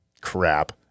crap